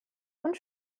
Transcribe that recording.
und